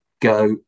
go